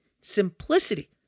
Simplicity